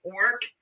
work